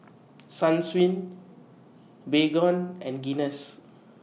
Sunsweet Baygon and Guinness